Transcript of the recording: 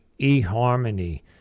eHarmony